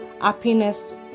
happiness